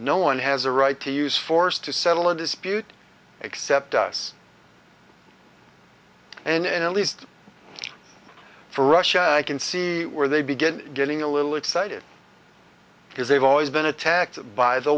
no one has a right to use force to settle a dispute except us and at least for russia i can see where they begin getting a little excited because they've always been attacked by the